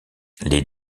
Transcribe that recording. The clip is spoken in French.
les